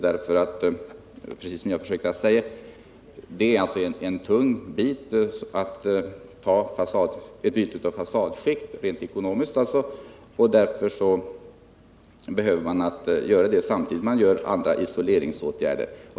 Det är en tung bit rent ekonomiskt att byta fasadskikt, och därför behöver man göra det samtidigt som man vidtar andra isoleringsåtgärder.